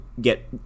get